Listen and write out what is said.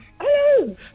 Hello